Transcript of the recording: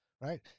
right